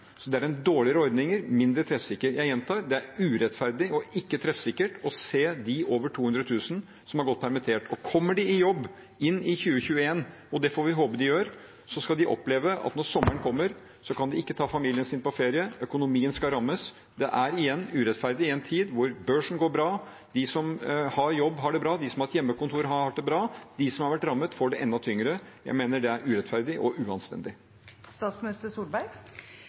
Det er en dårligere og mindre treffsikker ordning. Jeg gjentar: Det er urettferdig og ikke treffsikkert for de over 200 000 som har gått permittert. Og kommer de i jobb i 2021 – og det får vi håpe de gjør – skal de oppleve at når sommeren kommer, kan de ikke ta med familien sin på ferie, økonomien skal rammes. Det er – igjen – urettferdig i en tid da børsen går bra, de som har jobb, har det bra, og de som har hatt hjemmekontor, har hatt det bra. De som har vært rammet, får det enda tyngre. Jeg mener det er urettferdig og